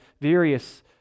various